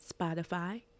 Spotify